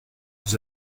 vous